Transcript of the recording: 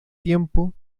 tiempo